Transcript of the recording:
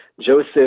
Joseph